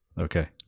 Okay